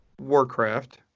Warcraft